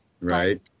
Right